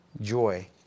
joy